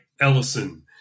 Ellison